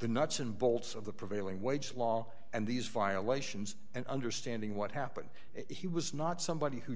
the nuts and bolts of the prevailing wage law and these violations and understanding what happened he was not somebody who